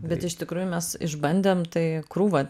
bet iš tikrųjų mes išbandėm tai krūvą